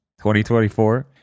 2024